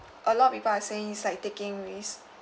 a lot of people are saying it's like taking risk